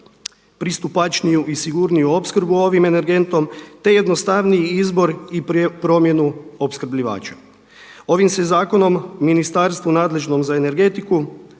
pristupačniju i sigurniju opskrbu ovim energentom te jednostavniji izbor i promjenu opskrbljivača. Ovim se zakonom ministarstvu nadležnom za energetiku